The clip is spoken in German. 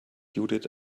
judith